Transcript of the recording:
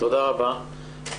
תודה רבה.